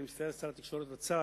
אני מצטער ששר התקשורת יצא,